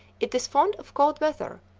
it is fond of cold weather,